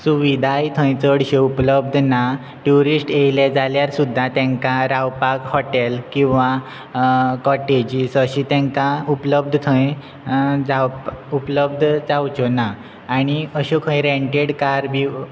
सुविधाय थंय चडश्यो उपलब्ध ना ट्युरिस्ट येयले जाल्यार सुद्दां तांकां रावपाक हॉटेल किंवा कॉटेजीस अशी तांकां उपलब्ध थंय जावप उपलब्ध जावच्यो ना आनी अश्यो खंय रेंटेड कार बी